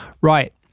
Right